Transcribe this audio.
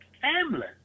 family